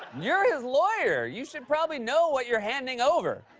you're yeah his lawyer! you should probably know what you're handing over.